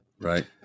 right